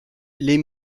les